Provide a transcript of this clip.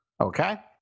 Okay